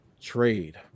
trade